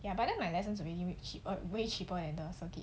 ya but then my lessons already with cheap way cheaper than the circuit